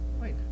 Wait